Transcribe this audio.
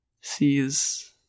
sees